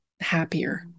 happier